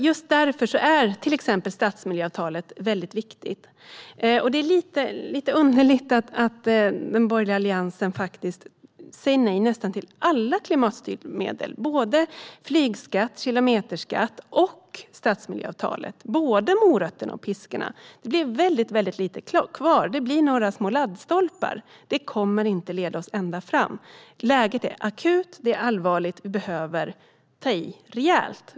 Just därför är till exempel stadsmiljöavtalet viktigt. Det är lite underligt att Alliansen säger nej till nästan alla klimatstyrmedel. Det gäller flygskatt, kilometerskatt och stadsmiljöavtal, alltså både morötterna och piskorna. Det blir ytterst lite kvar, bara några små laddstolpar. Det kommer inte att leda oss ända fram. Läget är akut och allvarligt. Vi behöver ta i rejält.